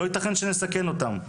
לא יתכן שנסכן אותם.